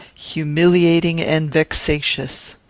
humiliating and vexatious.